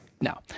no